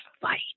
fight